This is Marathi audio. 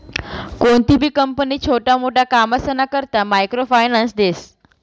कोणतीबी कंपनी छोटा मोटा कामसना करता मायक्रो फायनान्स देस